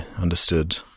understood